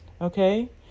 okay